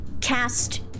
cast